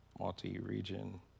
multi-region